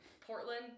Portland